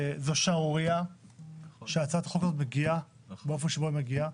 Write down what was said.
זאת שערורייה שהצעת החוק הזאת מגיעה באופן שבו היא מגיעה.